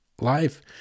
Life